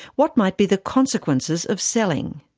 what might be the consequences of selling?